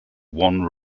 one